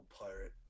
pirate